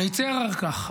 מצר על כך,